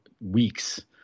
weeks